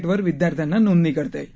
बिर विद्यार्थ्यांना नोंदणी करता येईल